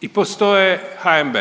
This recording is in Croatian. i postoje HNB,